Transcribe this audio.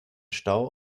stau